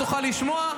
נתנו פה נתונים,